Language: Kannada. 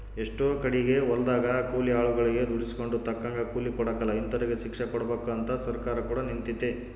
ಎಷ್ಟೊ ಕಡಿಗೆ ಹೊಲದಗ ಕೂಲಿ ಆಳುಗಳಗೆ ದುಡಿಸಿಕೊಂಡು ತಕ್ಕಂಗ ಕೂಲಿ ಕೊಡಕಲ ಇಂತರಿಗೆ ಶಿಕ್ಷೆಕೊಡಬಕು ಅಂತ ಸರ್ಕಾರ ಕೂಡ ನಿಂತಿತೆ